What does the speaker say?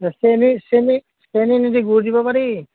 চেনী চেনী চেনী নিদি গুড় দিব পাৰি